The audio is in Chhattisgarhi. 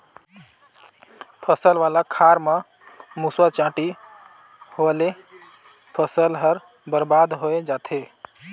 फसल वाला खार म मूसवा, चांटी होवयले फसल हर बरबाद होए जाथे